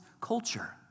culture